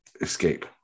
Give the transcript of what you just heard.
escape